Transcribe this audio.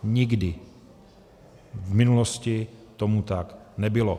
Nikdy v minulosti tomu tak nebylo.